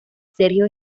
sergio